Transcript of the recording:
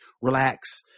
relax